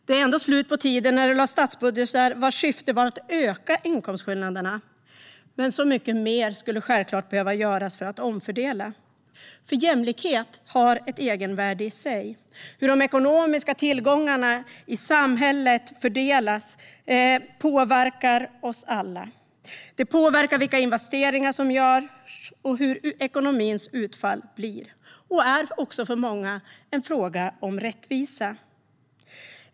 Det är ändå slut på tiden när det lades fram statsbudgetar vars syfte var att öka inkomstskillnaderna, men mycket mer skulle självklart behöva göras för att omfördela. Jämlikhet har ju ett egenvärde i sig. Hur de ekonomiska tillgångarna i samhället fördelas påverkar oss alla. Det påverkar vilka investeringar som görs och hur ekonomins utfall blir. För många är det också en fråga om rättvisa.